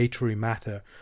matter